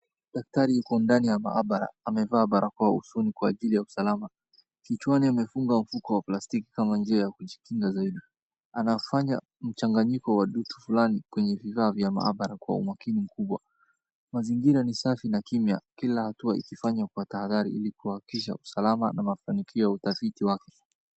Daktari yuko ndani ya maabara. Amevaa barakoa usoni kwa ajili ya usalama. Kichwani amefunga mfuko wa plastiki kama njia ya kujikinga zaidi. Anafanya mchanganyiko wa vitu fulani kwenye vifaa vya maabara kwa umakini mkubwa. Mazingira ni safi na kimya kila hatua ikifanywa kwa tahadhari ili kuhakikisha usalama na mafanikio ya utafiti wake.